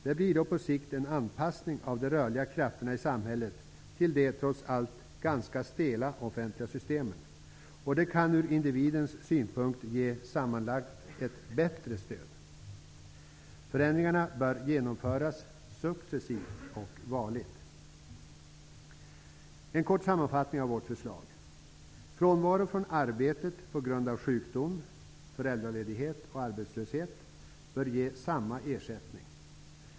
Det blir då på sikt en anpassning av de rörliga krafterna i samhället till de, trots allt, ganska stela offentliga systemen. Det kan ur individens synpunkt ge ett sammantaget bättre stöd. Förändringarna bör genomföras successivt och varligt. En kort sammanfattning av vårt förslag: Frånvaro från arbetet på grund av sjukdom, föräldraledighet och arbetslöshet bör ge samma ersättning.